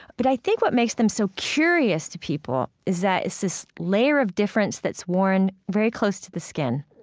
but i think what makes them so curious to people is that it's this layer of difference that's worn very close to the skin,